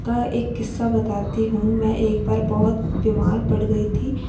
का एक किस्सा बताती हूँ मैं एक बार बहुत बीमार पड़ गई थी